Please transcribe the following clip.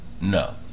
No